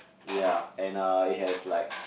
ya and uh it has like